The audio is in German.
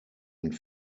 und